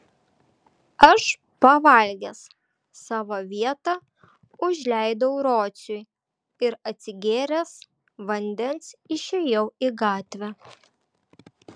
aš pavalgęs savo vietą užleidau rociui ir atsigėręs vandens išėjau į gatvę